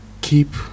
keep